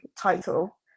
title